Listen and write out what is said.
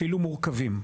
אפילו מורכבים.